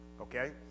Okay